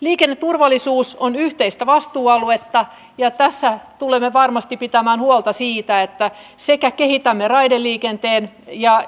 liikenneturvallisuus on yhteistä vastuualuetta ja tässä tulemme varmasti pitämään huolta siitä että kehitämme raideliikenteen ja